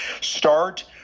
start